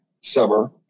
summer